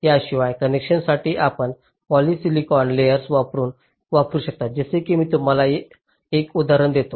याशिवाय कनेक्शनसाठी आपण पॉलिस्लिसॉन लेयर वापरू शकता जसे की मी तुम्हाला एक उदाहरण देतो